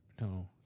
No